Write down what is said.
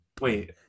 Wait